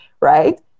Right